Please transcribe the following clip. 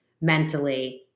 mentally